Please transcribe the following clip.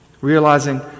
realizing